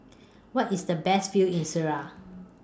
Where IS The Best View in Syria